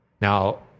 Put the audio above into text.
Now